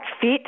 fit